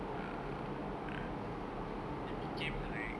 uh what ah it became like